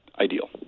ideal